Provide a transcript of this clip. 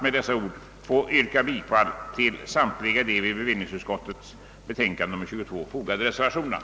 Med dessa ord ber jag att få yrka bifall till samtliga de vid bevillningsutskottets betänkande nr 22 fogade reservationerna.